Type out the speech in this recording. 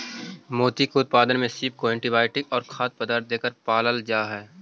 मोती के उत्पादन में सीप को एंटीबायोटिक और खाद्य पदार्थ देकर पालल जा हई